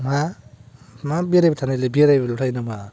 मा मा बेरायबाय थानाय एलाय बेरायबायल' थायो नामा